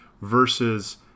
versus